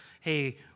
hey